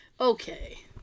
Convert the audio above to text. Okay